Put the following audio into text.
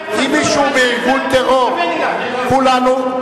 מי שתמך בהפצצות בעזה, אני מתכוון אליו.